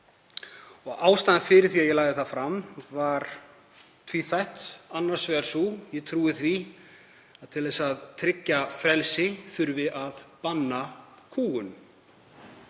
Ástæðan fyrir því að ég lagði það fram var tvíþætt, annars vegar sú að ég trúi því að til þess að tryggja frelsi þurfi að banna kúgun.